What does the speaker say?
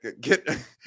Get